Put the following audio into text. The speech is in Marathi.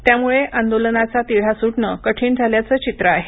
त्यामुळे आंदोलनाचा तिढा सुटणं कठीण झाल्याचं चित्र आहे